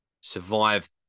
survive